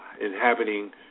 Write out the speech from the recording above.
inhabiting